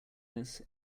this